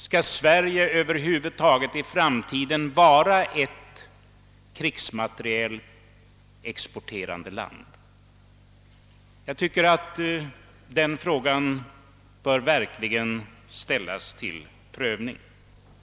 Skall Sverige över huvud taget i framtiden vara ett krigsmaterielexporterande land? Jag tycker att den frågan verkligen bör ställas under prövning.